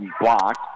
blocked